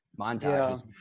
montages